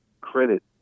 credit